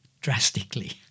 drastically